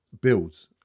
builds